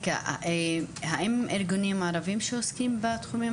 האם גם ארגונים ערביים שעוסקים בתחומים